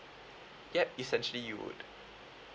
yup essentially you would